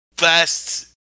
best